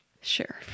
Sure